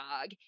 dog